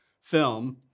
film